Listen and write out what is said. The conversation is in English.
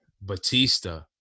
Batista